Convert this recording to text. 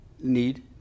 need